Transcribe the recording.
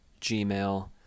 Gmail